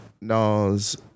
Nas